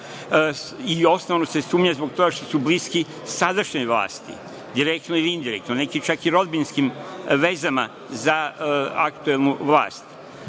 i osnovano se sumnja zbog toga što su bliski sadašnjoj vlasti, direktno ili indirektno, neki čak i rodbinskim vezama za aktuelnu vlast